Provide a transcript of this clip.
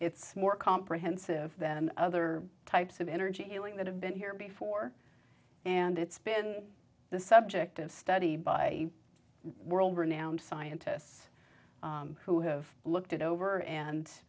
it's more comprehensive than other types of energy healing that have been here before and it's been the subject of study by world renowned scientists who have looked it over and